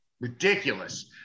ridiculous